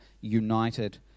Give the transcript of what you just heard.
united